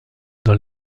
dans